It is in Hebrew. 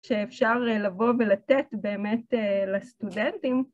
שאפשר לבוא ולתת באמת לסטודנטים.